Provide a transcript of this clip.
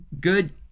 good